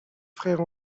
frères